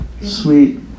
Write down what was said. sweet